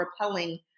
repelling